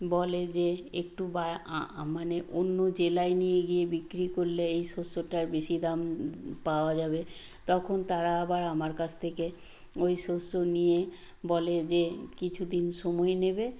বলে যে একটু বা মানে অন্য জেলায় নিয়ে গিয়ে বিক্রি করলে এই শস্যটার বেশি দাম পাওয়া যাবে তখন তারা আবার আমার কাছ থেকে ওই শস্য নিয়ে বলে যে কিছু দিন সময় নেবে